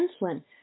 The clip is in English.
insulin